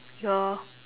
your